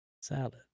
salad